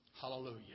Hallelujah